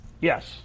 yes